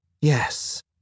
Yes